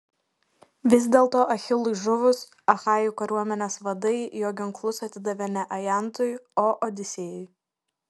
vis dėlto achilui žuvus achajų kariuomenės vadai jo ginklus atidavė ne ajantui o odisėjui